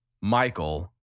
Michael